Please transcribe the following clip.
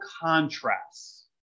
contrasts